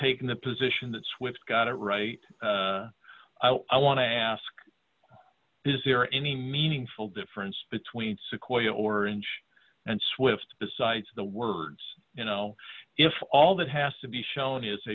taken the position that swift got it right i want to ask is there any meaningful difference between sequoia orange and swift besides the words you know if all that has to be shown is